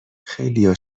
خیلیا